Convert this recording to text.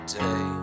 day